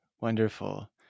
Wonderful